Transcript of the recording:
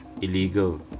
illegal